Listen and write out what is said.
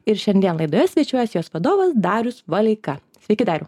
ir šiandien laidoje svečiuojasi jos vadovas darius valeika sveiki dariau